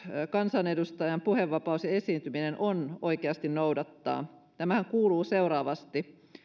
kansanedustajan puhevapaus ja esiintyminen on oikeasti noudattaa tämähän kuuluu seuraavasti